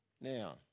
Now